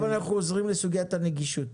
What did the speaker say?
עכשיו אנחנו חוזרים לשאלת הנגישות.